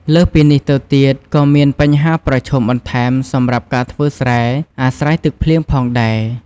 លើសពីនេះទៅទៀតក៏មានបញ្ហាប្រឈមបន្ថែមសម្រាប់ការធ្វើស្រែអាស្រ័យទឹកភ្លៀងផងដែរ។